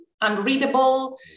unreadable